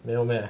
没有 meh